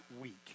week